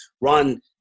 Ron